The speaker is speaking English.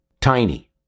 Tiny